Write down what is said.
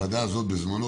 בוועדה הזאת בזמנו,